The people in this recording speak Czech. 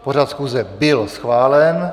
Pořad schůze byl schválen.